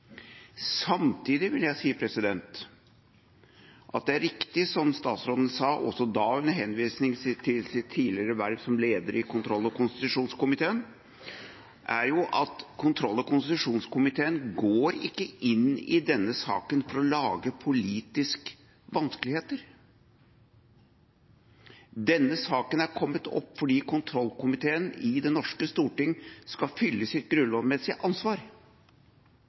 Samtidig vil jeg si at det er riktig som statsråden sa, også da under henvisning til sitt tidligere verv som leder i kontroll- og konstitusjonskomiteen, at kontroll- og konstitusjonskomiteen ikke går inn i denne saken for å lage politiske vanskeligheter. Denne saken er kommet opp fordi kontroll- og konstitusjonskomiteen i det norske storting skal fylle sitt grunnlovsmessige ansvar.